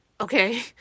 Okay